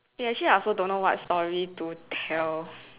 eh actually I also don't know what story to tell